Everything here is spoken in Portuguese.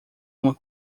uma